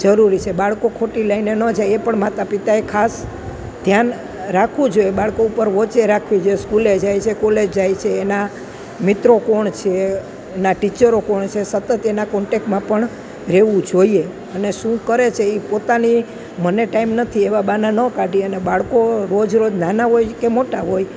જરૂરી છે બાળકો ખોટી લાઈને ન જાય એ પણ માતા પિતાએ ખાસ ધ્યાન રાખવું જોઈએ બાળકો ઉપર વોચેય રાખવી જોઈએ સ્કૂલે જાય છે કોલેજ જાય છે એના મિત્રો કોણ છે એના ટીચરો કોણ છે સતત એના કોન્ટેક્ટમાં પણ રહેવું જોઈએ અને શું કરે છે એ પોતાની મને ટાઈમ નથી એવાં બહાના ન કાઢીએ અને બાળકો રોજ રોજ નાનાં હોય કે મોટા હોય